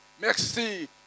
Merci